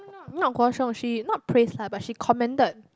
not Guo-Xiong she not praise lah but she commended